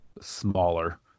smaller